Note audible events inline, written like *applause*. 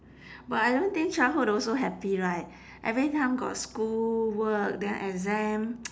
but I don't think childhood also happy right every time got school work then exam *noise*